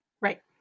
Right